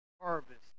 harvest